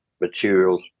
materials